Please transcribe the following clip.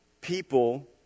people